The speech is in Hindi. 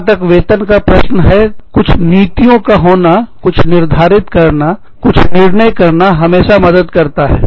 जहां तक वेतन का प्रश्न है कुछ नीतियों का होनाकुछ निर्धारित करना कुछ निर्णय करना हमेशा मदद करता है